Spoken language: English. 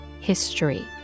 history